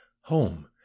home